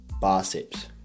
biceps